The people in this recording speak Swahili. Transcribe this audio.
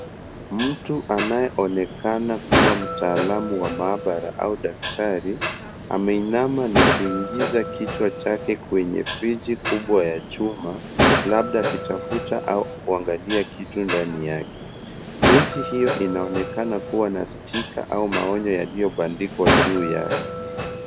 Mtu anayeonekana kuwa mtaalamu wa maabara au daktari, ameinama na kuingiza kichwa chake kwenye friji kubwa ya chuma, labda akitafuta au kuangalia kitu ndani yake. Friji hiyo inaonekana kuwa na stika au maonyo yaliyobandikwa juu yake.